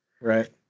right